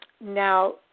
Now